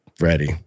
ready